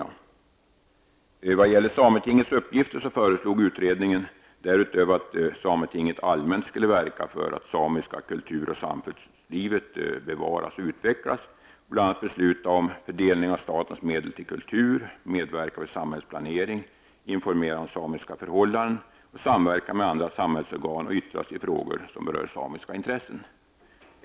När det gäller sametingets uppgifter föreslog utredningen därutöver att sametinget allmänt skulle verka för att samiskt kultur och samfundsliv bevaras och utvecklas och bl.a. besluta om fördelning av statens medel till kultur, medverka vid samhällsplanering, informera om samiska förhållanden och samverka med andra samhällsorgan och yttra sig i frågor som berör samiska intressen.